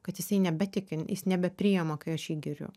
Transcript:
kad jisai nebetiki jis nebepriima kai aš jį giriu